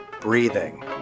breathing